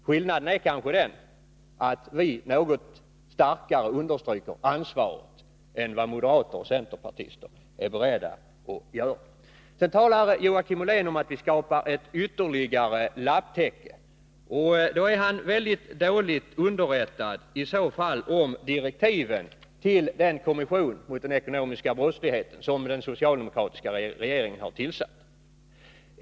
Skillnaden är kanske att vi understryker ansvaret något starkare än vad moderater och centerpartister är beredda att göra. Vi skapar ytterligare ett lapptäcke, sade Joakim Ollén. Men han är då dåligt underrättad om direktiven till den kommission mot den ekonomiska brottsligheten som den socialdemokratiska regeringen har tillsatt.